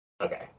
Okay